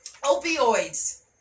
Opioids